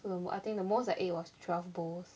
so I think the most I ate was twelve bowls